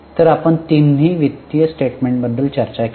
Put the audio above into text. तर आपण तिन्ही वित्तीय स्टेटमेंट बद्दल चर्चा केली